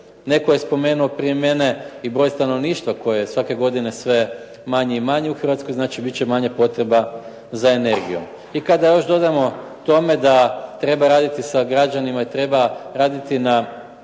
Netko je spomenuo prije mene i broj stanovništva kojeg je svake godine sve manje i manje u Hrvatskoj, znači bit će manje potreba za energijom. I kada još dodamo tome da treba raditi sa građanima i treba raditi na